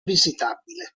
visitabile